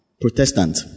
protestant